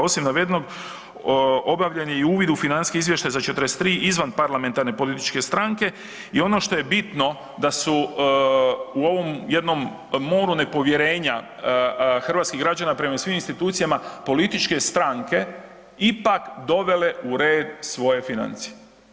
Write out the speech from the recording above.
Osim navedenog, obavljen je i uvid u financijski izvještaj za 43 izvan parlamentarne političke stranke i ono što je bitno da su u ovom jednom moru nepovjerenja hrvatskih građana prema svim institucijama političke stranke ipak dovele u red svoje financije.